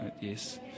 Yes